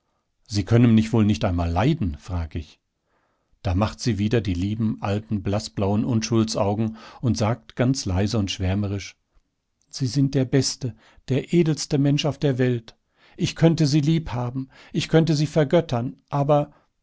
sie können mich wohl nicht einmal leiden frag ich da macht sie wieder die lieben alten blaßblauen unschuldsaugen und sagt ganz leise und schwärmerisch sie sind der beste der edelste mensch auf der welt ich könnte sie lieb haben ich könnte sie vergöttern aber